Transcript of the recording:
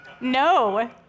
No